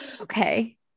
Okay